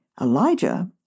Elijah